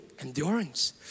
endurance